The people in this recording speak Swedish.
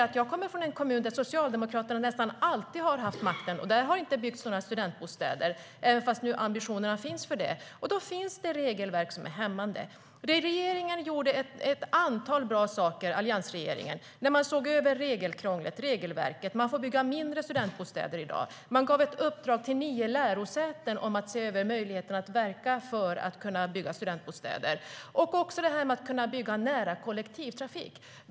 Jag kommer från en kommun där Socialdemokraterna nästan alltid har haft makten. Där har det inte byggts några studentbostäder även om ambitionerna finns. Det finns regelverk som är hämmande. Det handlar också om att kunna bygga nära kollektivtrafik.